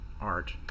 art